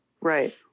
Right